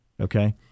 Okay